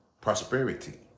prosperity